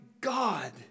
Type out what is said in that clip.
God